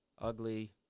ugly